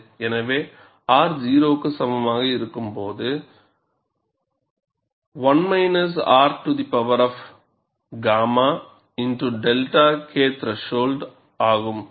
எனவே R 0 க்கு சமமாக இருக்கும்போது 𝛄𝛅 K th ஆகும்